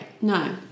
no